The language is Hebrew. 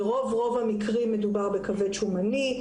ברוב המקרים מדובר בכבד שומני,